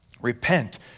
Repent